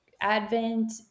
Advent